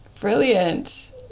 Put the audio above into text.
Brilliant